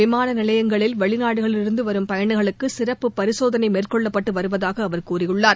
விமான நிலையங்களில் வெளிநாடுகளிலிருந்து வரும் பயணிகளுக்கு சிறப்பு பரிசோதனை மேற்கொள்ளப்பட்டு வருவதாக அவர் கூறியுள்ளார்